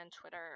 Twitter